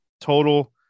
total